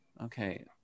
Okay